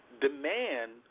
demand